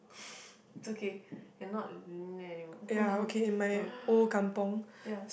it's okay you are not living there anymore yeah